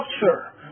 structure